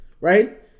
right